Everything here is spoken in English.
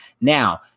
now